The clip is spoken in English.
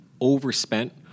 overspent